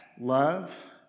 love